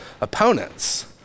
opponents